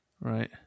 Right